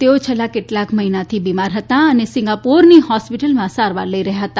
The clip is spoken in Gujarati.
તેઓ છેલ્લા કેટલાક મહિનાથી બિમાર હતા અને સિંગાપોરની હોસ્પિટલમાં સારવાર લઇ રહ્યા હતા